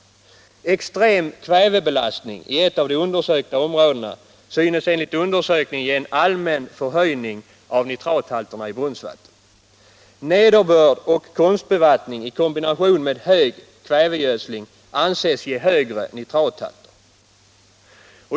Extrem kvävebelastning i ett av de undersökta områdena synes enligt undersökningen ge en allmän förhöjning av nitrathalterna i brunnsvatten. Nederbörd och konstbevattning i kombination med stark kvävegödsling anses ge högre nitrathalter.